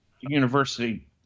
university